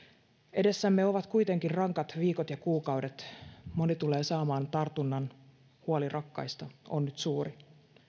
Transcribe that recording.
edessämme ovat kuitenkin rankat viikot ja kuukaudet moni tulee saamaan tartunnan huoli rakkaista on nyt suuri